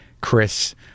Chris